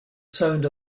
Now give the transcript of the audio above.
sound